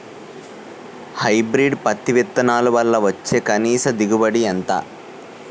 Hybrid పత్తి విత్తనాలు వల్ల వచ్చే కనీస దిగుబడి ఎంత?